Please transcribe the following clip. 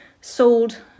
sold